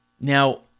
now